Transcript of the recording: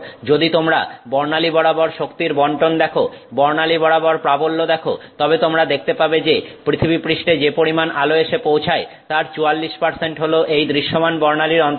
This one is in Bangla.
যদি তোমরা বর্ণালী বরাবর শক্তির বন্টন দেখো বর্ণালী বরাবর প্রাবল্য দেখো তবে তোমরা দেখতে পাবে যে পৃথিবীপৃষ্ঠে যে পরিমাণ আলো এসে পৌঁছায় তার 44 হল এই দৃশ্যমান বর্ণালীর অন্তর্গত